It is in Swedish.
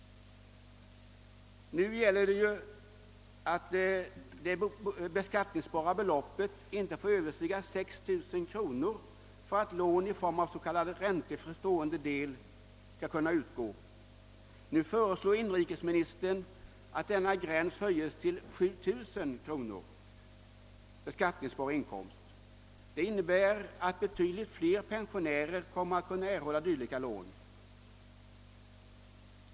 För närvarande gäller att det beskattningsbara beloppet inte får överstiga 6 000 kronor för att lån i form av s.k. räntefri stående del skall kunna utgå. Inrikesministern föreslår nu att denna gräns höjes till 7 000 kronor i beskattningsbar inkomst, och det innebär att betydligt fler pensionärer kan erhålla sådana lån.